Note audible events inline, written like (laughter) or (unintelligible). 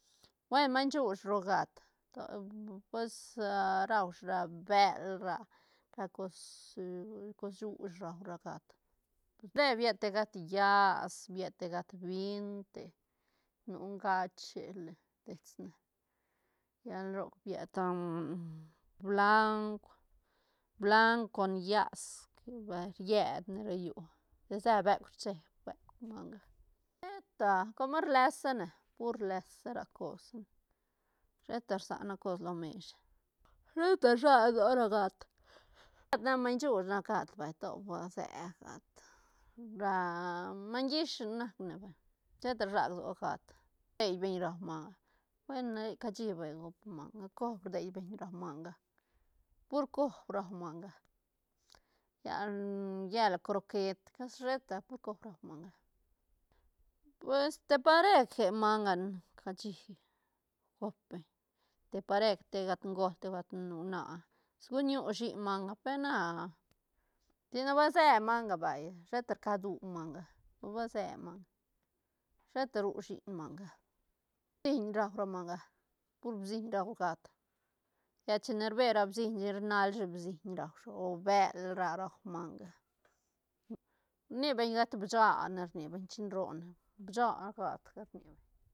Buen maiñ shuuch ru gat to pues (hesitation) rau shi ra bël ra- ra cos (hesitation) cos shuuch rau ra gat te bied te gat llas bied te gat bind te nu gache le dets ne llal roc bied (hesitation) blauk- blauk con llas rietne ro llu se beuk rcheeb beuk manga sheta com rlesane pur rlesa ra cos sheta rsana cos lo mesh sheta rsag lsoa ra gat (noise) (unintelligible) maiñ shuuch nac gat vay to base gat ra maiñ llish nac ne vay sheta rsag lsoa gat dei beñ rau manga bueno na re cashi vay gopa manga cob rdei beñ rau manga pur cob rau manga lla llel croquet casi sheta pur cob rua manga pues te pareje manga cashi gop beñ te parej te gat göl te gat huana segun ñu shiñ manga pe na tidi ba se manga vay sheta rcadu manga ba se manga sheta ru shiñ manga bsiñ rua ra manga pur bsiñ rau gat lla chine rbe ra bsiñ rinal shi bsiñ rau shi o bël ra rau manga, ni beñ gat bicha ne rni beñ chin rone bcha gat ga rni beñ.